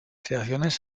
creaciones